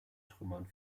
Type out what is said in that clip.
trümmern